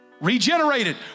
Regenerated